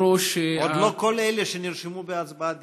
עוד לא כל אלה שנרשמו בהצבעה דיברו.